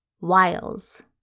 Wiles